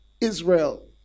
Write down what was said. Israel